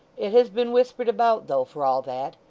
it has been whispered about though, for all that.